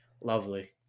lovely